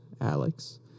Alex